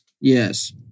yes